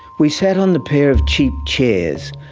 we sat on the pair of cheap chairs.